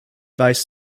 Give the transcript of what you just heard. weiß